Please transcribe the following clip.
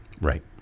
Right